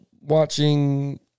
watching